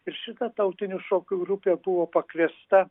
ir šita tautinių šokių grupė buvo pakviesta